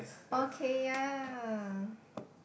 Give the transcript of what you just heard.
okay ya